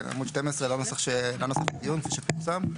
כן, עמוד 12 לנוסח הדיון, כפי שפורסם.